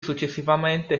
successivamente